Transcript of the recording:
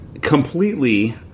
completely